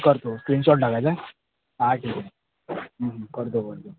करतो स्क्रीनशॉट टाकायचा आहे हां ठीक आहे करतो करतो